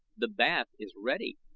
the bath is ready,